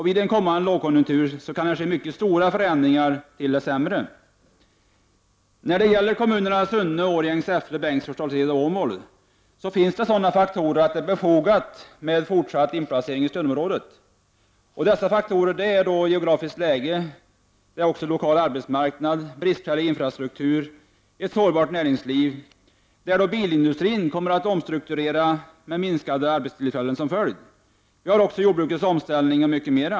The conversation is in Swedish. Vid en kommande lågkonjunktur kan det ske mycket stora förändringar till det sämre. När det gäller kommunerna Sunne, Årjäng, Säffle, Bengtsfors, Dals Ed och Åmål finns det sådana faktorer att det är befogat med fortsatt inplacering i stödområde. Dessa faktorer är bl.a. geografiskt läge, lokal arbetsmarknad, bristfällig infrastruktur, ett sårbart näringsliv — där bilindustrin kommer att omstruktureras med minskade arbetstillfällen som följd — och omställning av jordbruket.